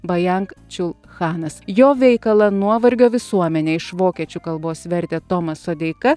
bajang čiul hanas jo veikalą nuovargio visuomenė iš vokiečių kalbos vertė tomas sodeika